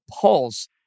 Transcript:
Pulse